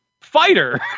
fighter